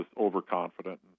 overconfident